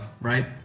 right